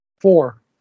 Four